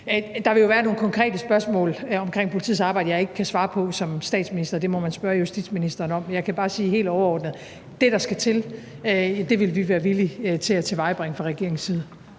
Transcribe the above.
Der vil jo være nogle konkrete spørgsmål omkring politiets arbejde, jeg ikke kan svare på som statsminister. Det må man spørge justitsministeren om. Jeg kan bare sige helt overordnet, at det, der skal til, vil vi fra regeringens side være villige til at tilvejebringe. Kl. 13:47 Formanden